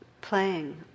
playing